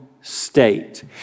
state